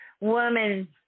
woman